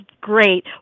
great